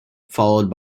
followed